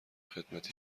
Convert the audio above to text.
خدمتی